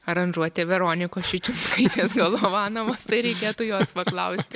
aranžuotė veronikos čičinskaitės galovanovos tai reikėtų jos paklausti